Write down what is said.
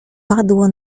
padło